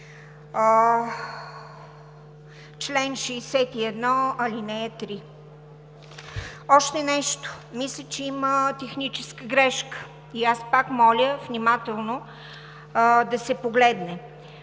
чл. 61, ал. 3. Още нещо – мисля, че има техническа грешка. Пак моля внимателно да се погледне.